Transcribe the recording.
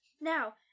Now